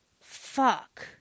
Fuck